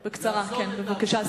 בקצרה, בבקשה.